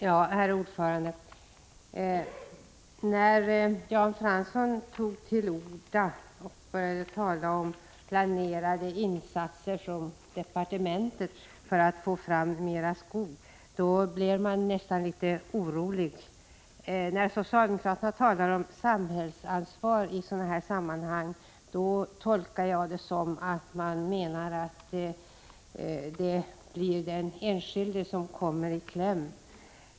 Herr talman! När Jan Fransson tog till orda och började tala om planerade insatser från departementet för att få fram mer skog blev jag litet orolig. När socialdemokraterna talar om samhällsansvar i sådana här sammanhang, tolkar jag det som att man menar att det blir den enskilde som kommer i kläm.